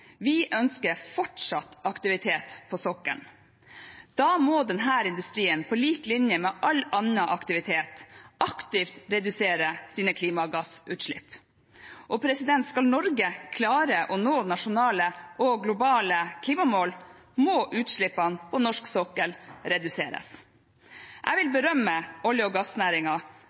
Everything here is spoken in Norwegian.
Vi ønsker fortsatt aktivitet på sokkelen. Da må denne industrien på lik linje med all annen aktivitet aktivt redusere sine klimagassutslipp. Og skal Norge klare å nå nasjonale og globale klimamål, må utslippene på norsk sokkel reduseres. Jeg vil berømme olje- og